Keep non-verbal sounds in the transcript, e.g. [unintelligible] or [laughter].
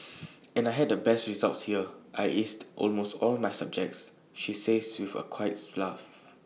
and I had the best results here I aced almost all my subjects she says with A quiet [unintelligible] laugh